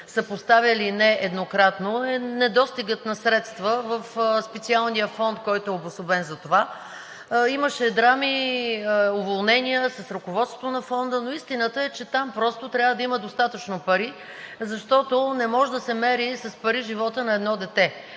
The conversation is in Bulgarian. са поставяли нееднократно, е недостигът на средства в специалния фонд, който е обособен за това. Имаше драми, уволнения в ръководството на Фонда, но истината е, че просто трябва да има достатъчно пари, защото не може да се мери с пари животът на едно дете.